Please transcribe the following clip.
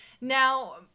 Now